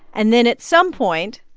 and then at some point,